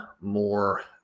more